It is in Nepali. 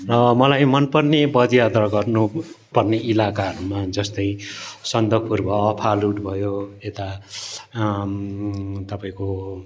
र मलाई मनपर्ने पदयात्रा गर्नुपर्ने इलाकाहरूमा जस्तै सन्दकपुर भयो फालुट भयो यता तपाईँको